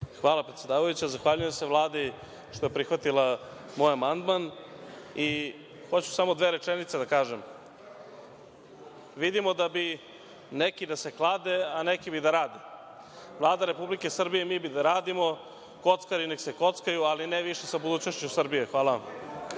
Hvala, predsedavajuća. Zahvaljujem se Vladi što je prihvatila moj amandman i hoću samo dve rečenice da kažem. Vidimo da bi neki da se klade, a neki bi da rade. Vlada Republike Srbije i mi bi da radimo, kockari neka se kockaju, ali ne više sa budućnošću Srbije. Hvala vam.